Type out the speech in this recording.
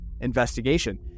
investigation